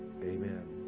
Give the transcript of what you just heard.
Amen